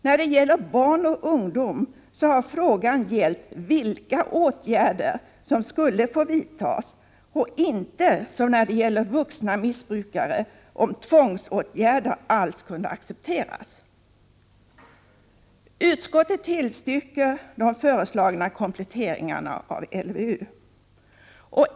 När det gäller barn och ungdom har det varit fråga om vilka åtgärder som skulle få vidtas och inte om tvångsåtgärder alls kunde accepteras, som när det gäller vuxna missbrukare. Utskottet tillstyrker de föreslagna kompletteringarna av LVU.